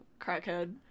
crackhead